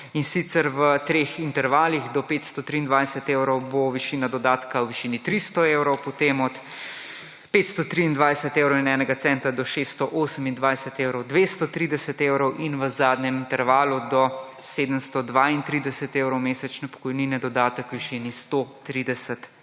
in sicer v 3 intervalih, do 523 evrov bo višina dodatka v višini 300 evrov, potem od 523 evrov in enega centa do 628 evrov 230 evrov in v zadnjem intervalu do 732 evrov mesečne pokojnine dodatek v višini 130 evrov.